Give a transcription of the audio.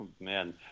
man